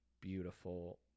beautiful